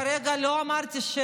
אני כרגע לא אמרתי,